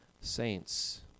saints